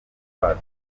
bacu